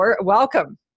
welcome